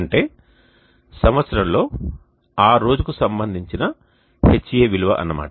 అంటే సంవత్సరంలో ఆ రోజు కు సంబంధించిన Ha విలువ అన్న మాట